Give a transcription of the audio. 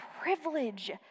privilege